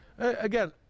Again